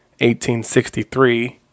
1863